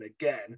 again